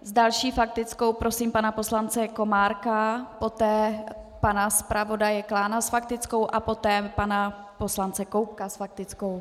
S další faktickou prosím pana poslance Komárka, poté pana zpravodaje Klána s faktickou a poté pana poslance Koubka s faktickou.